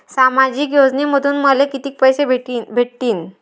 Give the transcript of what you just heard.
सामाजिक योजनेमंधून मले कितीक पैसे भेटतीनं?